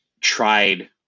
tried